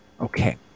Okay